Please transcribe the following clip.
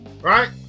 Right